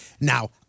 Now